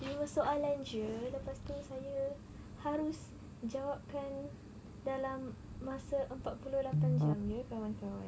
lima soalan jer lepastu saya harus jawab kan dalam masa empat puluh lapan jam ye puan-puan